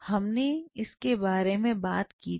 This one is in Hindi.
हमने इसके बारे में बात की थी